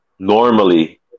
normally